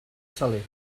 saler